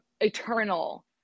eternal